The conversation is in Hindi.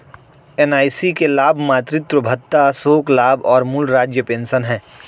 एन.आई.सी के लाभ मातृत्व भत्ता, शोक लाभ और मूल राज्य पेंशन हैं